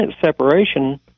separation